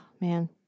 Man